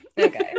Okay